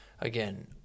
Again